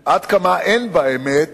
עד כמה אין בה אמת